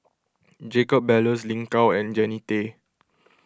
Jacob Ballas Lin Gao and Jannie Tay